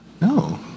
No